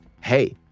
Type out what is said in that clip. hey